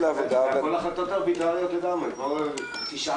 ננעלה בשעה